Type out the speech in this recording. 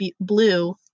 blue